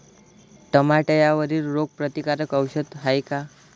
टमाट्यावरील रोग प्रतीकारक औषध हाये का?